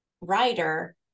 writer